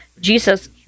Jesus